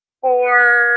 four